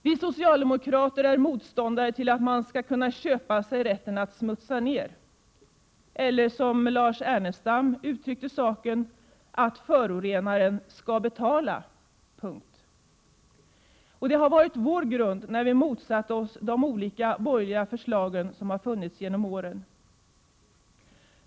Vi socialdemokrater är motståndare till att man skall kunna köpa sig rätten att smutsa ner — eller — som Lars Ernestam uttryckte saken — att förorenaren skall betala. Det har varit vår grund när vi motsatt oss de olika borgerliga förslagen genom åren.